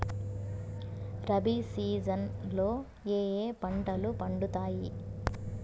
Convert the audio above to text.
rabi season లో ఏ ఏ పంటలు పండుతాయి